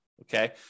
Okay